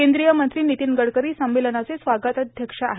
केंद्रीय मंत्री नितीन गडकरी संमेलनाचे स्वागताध्यक्ष आहेत